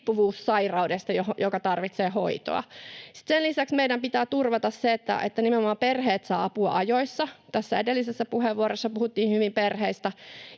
riippuvuussairaudesta, joka tarvitsee hoitoa. Sitten sen lisäksi meidän pitää turvata se, että nimenomaan perheet saavat apua ajoissa. Tässä edellisessä puheenvuorossa puhuttiin hyvin perheistä.